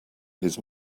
his